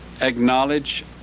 acknowledge